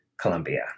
Colombia